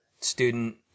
student